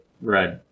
Right